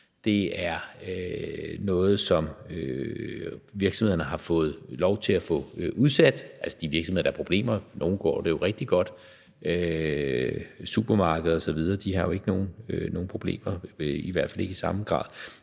Det er noget, som virksomhederne har fået lov til at få udsat – altså de virksomheder, der har problemer. For nogle går det jo rigtig godt; supermarkeder osv. har jo ikke nogen problemer, i hvert fald ikke i samme grad.